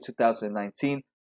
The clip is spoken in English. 2019